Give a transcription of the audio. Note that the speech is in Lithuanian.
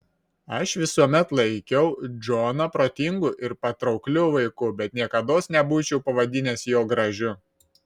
aš visuomet laikiau džoną protingu ir patraukliu vaiku bet niekados nebūčiau pavadinęs jo gražiu